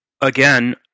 Again